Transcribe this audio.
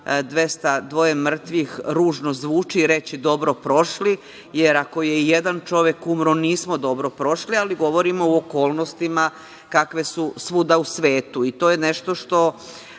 202 mrtvih ružno zvuči reći - dobro prošli, jer ako je i jedan čovek umro nismo dobro prošli, ali govorimo u okolnostima kakve su svuda u svetu i to je nešto što